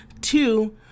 two